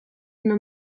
una